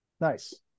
Nice